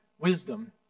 wisdom